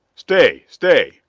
stay! stay!